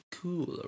cool